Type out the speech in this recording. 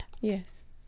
yes